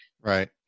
Right